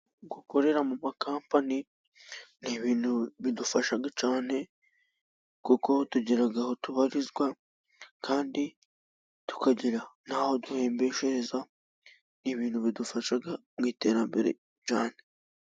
Gukorera mu makampani ni ibintu bidufasha cyane, kuko tugira aho tubarizwa, kandi tukagira n'aho duhembeshereza, ni ibintu bidufasha mu iterambere cyane.